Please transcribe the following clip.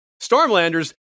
stormlanders